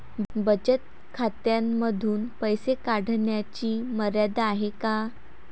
बचत खात्यांमधून पैसे काढण्याची मर्यादा आहे का?